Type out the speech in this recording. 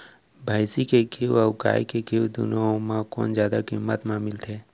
भैंसी के घीव अऊ गाय के घीव दूनो म कोन जादा किम्मत म मिलथे?